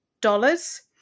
dollars